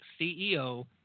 CEO